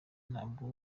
ntabwo